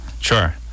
Sure